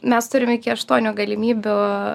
mes turim iki aštuonių galimybių